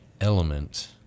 element